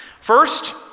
First